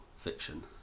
fiction